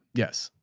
yes.